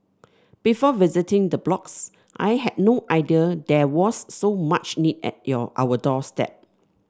before visiting the blocks I had no idea there was so much need at your our doorstep